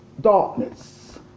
darkness